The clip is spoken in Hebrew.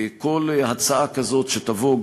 כל הצעה כזו שתבוא,